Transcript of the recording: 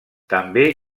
també